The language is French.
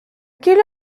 quelle